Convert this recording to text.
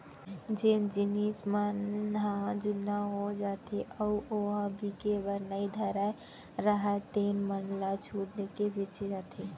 जेन जिनस मन ह जुन्ना हो जाथे अउ ओ ह बिके बर नइ धरत राहय तेन मन ल छूट देके बेचे जाथे